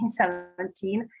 2017